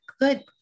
good